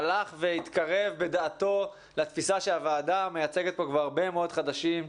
הלך והתקרב בדעתו לתפיסה שהוועדה מייצגת פה כבר הרבה מאוד חודשים,